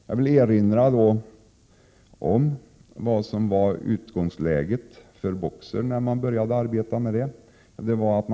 Jag vill erinra om vad som var utgångsläget för BOKSER när man började arbeta med detta system.